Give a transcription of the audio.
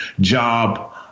job